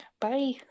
Bye